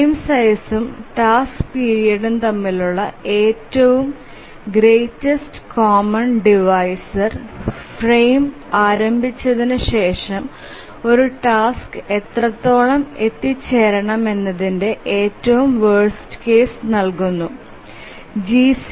frame സൈസ്ഉം task പിരീഡും തമ്മിലുള്ള ഏറ്റവും ഗ്രെയ്റ്റസ്റ് കോമൺ ഡിവിസർ ഫ്രെയിം ആരംഭിച്ചതിന് ശേഷം ഒരു ടാസ്ക് എത്രത്തോളം എത്തിച്ചേരാമെന്നതിന്റെ ഏറ്റവും വേർസ്റ് കേസ് നൽകുനത്തു